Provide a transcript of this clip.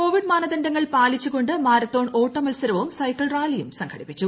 Covid മാനദണ്ഡങ്ങൾ പാലിച്ചു കൊണ്ടാ മാരത്തോൺ ഓട്ടമത്സരവും സൈക്കിൾ റാലിയും സംഘടിപ്പിച്ചു